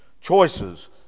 choices